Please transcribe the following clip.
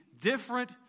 different